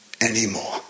anymore